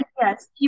yes